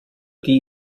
die